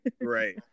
Right